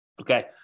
Okay